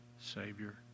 Savior